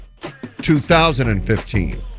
2015